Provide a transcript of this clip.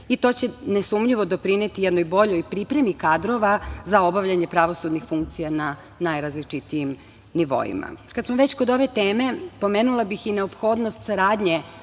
To će nesumnjivo doprineti jednoj boljoj pripremi kadrova za obavljanje pravosudnih funkcija na najrazličitijim nivoima. Kad smo već kod ove teme, pomenula bih i neophodnost saradnje